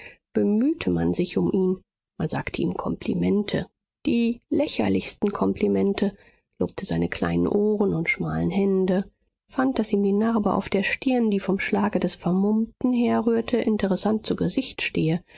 bemühte man sich um ihn man sagte ihm komplimente die lächerlichsten komplimente lobte seine kleinen ohren und schmalen hände fand daß ihm die narbe auf der stirn die vom schlage des vermummten herrührte interessant zu gesicht stehe